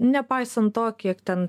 nepaisant to kiek ten